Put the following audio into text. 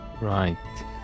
right